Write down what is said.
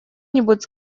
нибудь